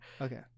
Okay